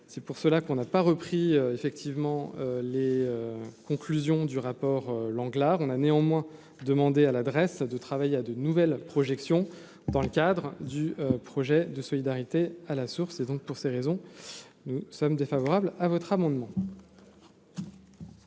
c'est pour cela qu'on n'a pas repris, effectivement, les conclusions du rapport Lenglart on a néanmoins demandé à l'adresse de travailler à de nouvelles projections dans le cadre du projet de solidarité à la source et donc pour ces raisons, nous sommes défavorables à votre amendement.